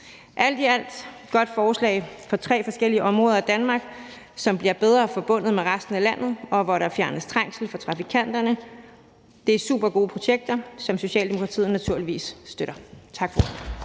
alt er det et godt forslag for tre forskellige områder i Danmark, som bliver bedre forbundet med resten af landet, og hvor der fjernes trængsel fra trafikanterne. Det er supergode projekter, som Socialdemokratiet naturligvis støtter. Tak for ordet.